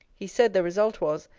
he said, the result was,